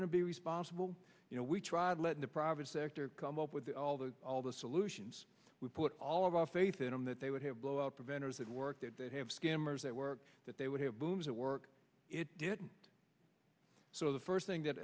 going to be responsible you know we tried letting the private sector come up with all the all the solutions we put all of our faith in him that they would have blowout preventers that work that they have skimmers that work that they would have booms that work it didn't so the first thing that